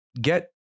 get